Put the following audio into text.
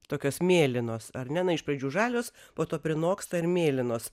tokios mėlynos ar ne na iš pradžių žalios po to prinoksta ir mėlynos